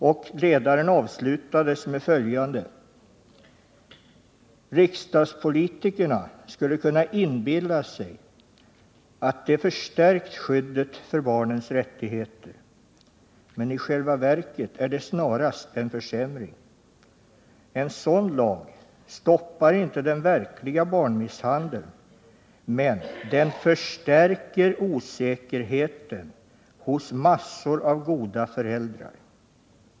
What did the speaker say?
Och ledaren avslutas med följande ord: ”Riksdagspolitikerna skulle kunna inbilla sig att de förstärkt skyddet för barnens rättigheter. Men i själva verket är det snarast en försämring. En sådan lag stoppar inte den verkliga barnmisshandeln men den förstärker osäkerheten hos massor av goda föräldrar.